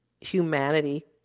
humanity